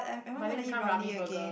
but then become ramli burger